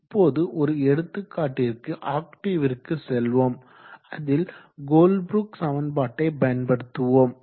இப்போது ஒரு எடுத்துக்காட்டிற்கு ஆக்டேவ்விற்கு செல்வோம் அதில் கோல்ப்ரூக் சமன்பாட்டை பயன்படுத்துவோம்